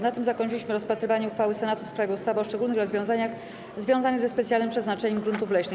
Na tym zakończyliśmy rozpatrywanie uchwały Senatu w sprawie ustawy o szczególnych rozwiązaniach związanych ze specjalnym przeznaczeniem gruntów leśnych.